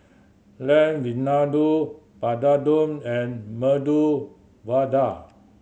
Lamb Vindaloo Papadum and Medu Vada